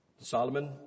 Solomon